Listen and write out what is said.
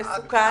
המסוכן,